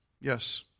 yes